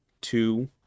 two